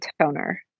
toner